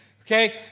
Okay